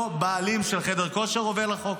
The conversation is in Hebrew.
הבעלים של חדר כושר עובר על החוק.